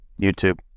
YouTube